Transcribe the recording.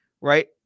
right